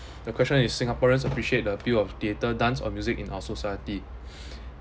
the question is singaporeans appreciate the appeal of theatre dance or music in our society